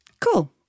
Cool